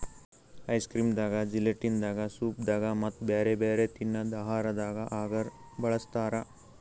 ice cream ದಾಗಾ gelatin ದಾಗಾ soup ದಾಗಾ ಮತ್ತ್ ಬ್ಯಾರೆ ಬ್ಯಾರೆ ತಿನ್ನದ್ ಆಹಾರದಾಗ ಅಗರ್ ಬಳಸ್ತಾರಾ